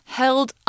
held